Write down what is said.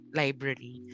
library